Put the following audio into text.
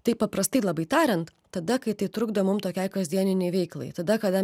taip paprastai labai tariant tada kai tai trukdo mum tokiai kasdieniniai veiklai tada kada